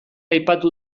aipatu